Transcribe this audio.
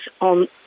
on